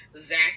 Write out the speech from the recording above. Zach